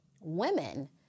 women